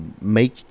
make